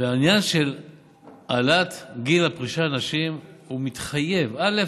והעניין של העלאת גיל הפרישה לנשים הוא מתחייב, א.